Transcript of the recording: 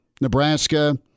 Nebraska